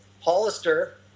Hollister